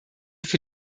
für